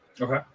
okay